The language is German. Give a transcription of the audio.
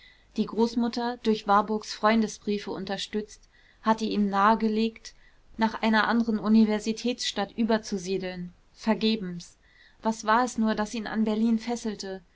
die großmutter durch warburgs freundesbriefe unterstützt hatte ihm nahegelegt nach einer anderen universitätsstadt überzusiedeln vergebens was war es nur das ihn an berlin fesselte